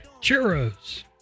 Churros